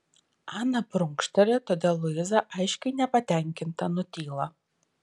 ana prunkšteli todėl luiza aiškiai nepatenkinta nutyla